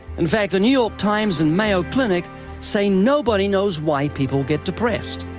in fact, the new york times and mayo clinic say nobody knows why people get depressed.